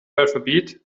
alphabet